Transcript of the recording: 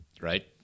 right